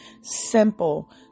simple